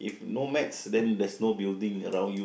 with no maths then there's no building around you